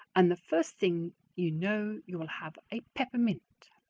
and the first thing you know you will have a peppermint.